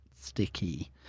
sticky